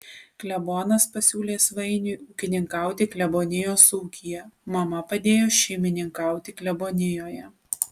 klebonas pasiūlė svainiui ūkininkauti klebonijos ūkyje mama padėjo šeimininkauti klebonijoje